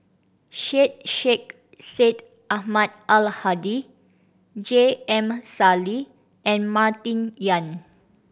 Syed Sheikh Syed Ahmad Al Hadi J M Sali and Martin Yan